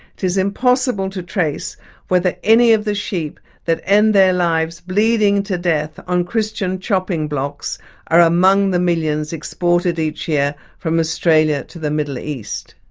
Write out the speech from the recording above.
it is impossible to trace whether any of the sheep that end their lives bleeding to death on christian chopping blocks are among the millions exported each year from australia to the middle east.